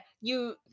you-